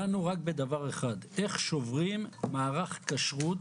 דנו רק בדבר אחד איך שוברים מערך כשרות